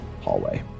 hallway